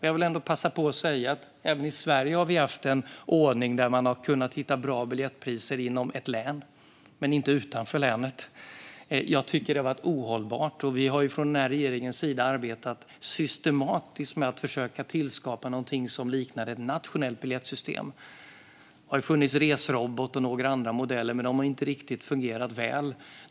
Jag vill passa på att säga att vi i Sverige har haft en ordning där man har kunnat hitta bra biljettpriser inom ett län men inte utanför länet. Jag tycker att det har varit ohållbart. Vi har från regeringens sida arbetat systematiskt med att försöka tillskapa någonting som liknar ett nationellt biljettsystem. Det har funnits resrobot.se och några andra modeller, men de har inte fungerat riktigt väl.